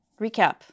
recap